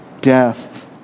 death